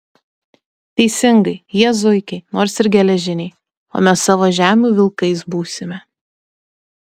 teisingai jie zuikiai nors ir geležiniai o mes savo žemių vilkais būsime